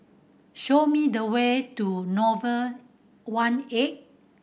show me the way to Nouvel one eight